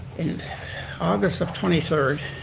in august of twenty third